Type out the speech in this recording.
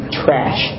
trash